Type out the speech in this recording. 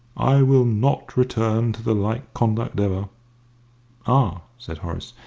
i will not return to the like conduct ever ah, said horace.